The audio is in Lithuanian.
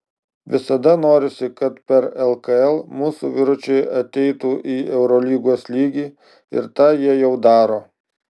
visada norisi kad per lkl mūsų vyručiai ateitų į eurolygos lygį ir tą jie jau daro